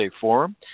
Forum